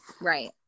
Right